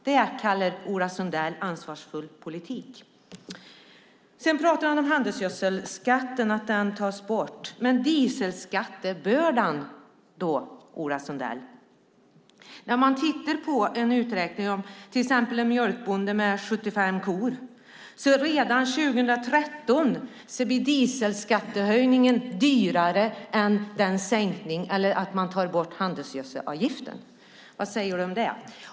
Det kallar Ola Sundell ansvarsfull politik! Sedan pratar han om att skatten på handelsgödsel tas bort. Men dieselskattebördan då, Ola Sundell? I en uträkning som utgår från en mjölkbonde med 75 kor blir dieselskattehöjningen redan 2013 dyrare än det man har tjänat på borttagandet av handelsgödselavgiften. Vad säger du om det?